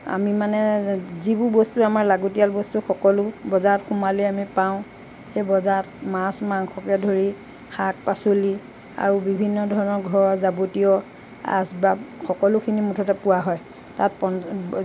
আমি মানে যিবোৰ বস্তু আমাৰ লাগতিয়াল বস্তু সকলো বজাৰত সোমালেই আমি পাওঁ সেই বজাৰত মাছ মাংসকে ধৰি শাক পাচলি আৰু বিভিন্ন ধৰণৰ ঘৰৰ যাৱতীয় আচবাব সকলোখিনি মুঠতে পোৱা হয় তাত